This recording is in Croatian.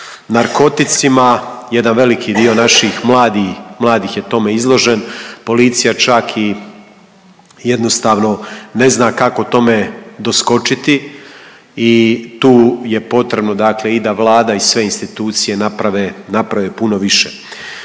narkoticima, jedan veliki dio naših mladih je tome izložen, policija čak i jednostavno ne zna kako tome doskočiti i tu je potrebno dakle i da Vlada i sve institucije naprave, naprave